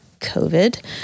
COVID